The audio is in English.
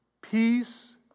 peace